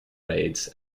raids